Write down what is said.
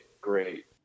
great